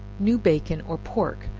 new bacon, or pork,